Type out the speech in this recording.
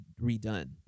redone